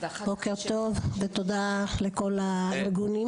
בוקר טוב, ותודה לכל הארגונים כאן.